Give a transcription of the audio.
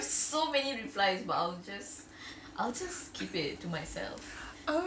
I'll just keep it to myself